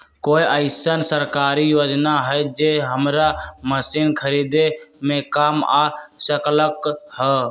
कोइ अईसन सरकारी योजना हई जे हमरा मशीन खरीदे में काम आ सकलक ह?